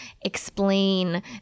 explain